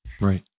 Right